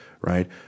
right